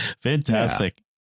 Fantastic